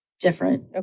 different